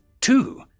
Two